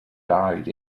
died